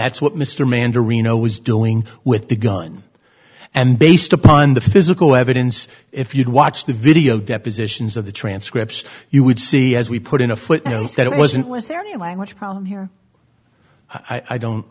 that's what mr mander reno was doing with the gun and based upon the physical evidence if you'd watched the video depositions of the transcripts you would see as we put in a footnote that it wasn't was there any language problem here i don't